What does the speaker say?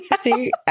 See